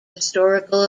historical